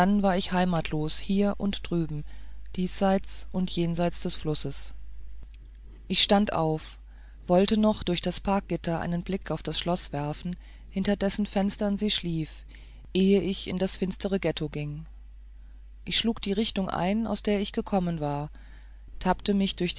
ich heimatlos hier und drüben diesseits und jenseits des flusses ich stand auf wollte noch durch das parkgitter einen blick auf das schloß werfen hinter dessen fenstern sie schlief ehe ich in das finstere ghetto ging ich schlug die richtung ein aus der ich gekommen war tappte mich durch